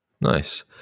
Nice